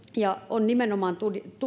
on nimenomaan